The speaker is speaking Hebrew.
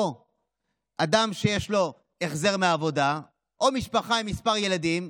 או אדם שיש לו החזר מהעבודה או משפחה עם כמה ילדים.